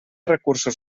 recursos